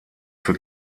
für